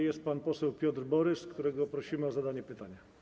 Jest pan poseł Piotr Borys, którego prosimy o zadanie pytania.